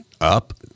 up